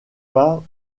pas